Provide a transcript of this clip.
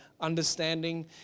understanding